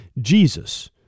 Jesus